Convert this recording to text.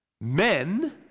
men